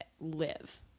live